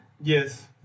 Yes